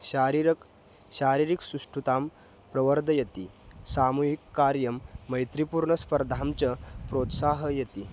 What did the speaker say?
शारीरिक शारीरिक सुष्ठुतां प्रवर्धयति सामूहिकं कार्यं मैत्रिपूर्णस्पर्धां च प्रोत्साहयति